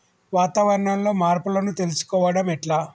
వాతావరణంలో మార్పులను తెలుసుకోవడం ఎట్ల?